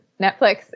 netflix